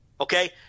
Okay